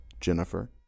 Jennifer